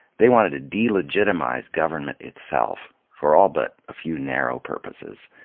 they wanted to delegitimize government itself for all but a few narrow purposes.